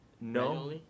No